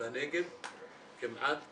בנגב כמעט אפס,